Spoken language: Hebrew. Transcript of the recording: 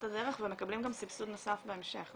הדרך ומקבלים גם סבסוד נוסף בהמשך,